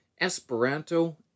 esperanto